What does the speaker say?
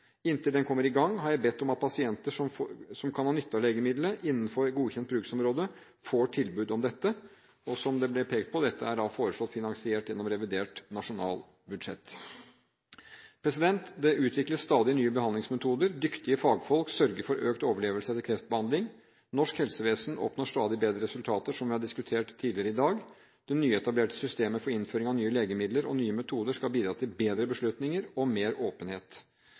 Inntil studien kommer i gang, har jeg bedt om at pasienter som kan ha nytte av legemidlet innenfor godkjent bruksområde, får tilbud om dette. Og som det ble pekt på, er dette foreslått finansiert gjennom revidert nasjonalbudsjett. Det utvikles stadig nye behandlingsmetoder. Dyktige fagfolk sørger for økt overlevelse etter kreftbehandling. Norsk helsevesen oppnår stadig bedre resultater, som vi har diskutert tidligere i dag. Det nyetablerte systemet for innføring av nye legemidler og nye metoder skal bidra til bedre beslutninger og mer åpenhet.